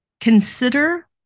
Consider